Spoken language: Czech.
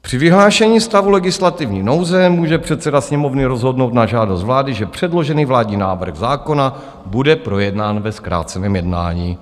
Při vyhlášení stavu legislativní nouze může předseda Sněmovny rozhodnout na žádost vlády, že předložený vládní návrh zákona bude projednán ve zkráceném jednání.